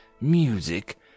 music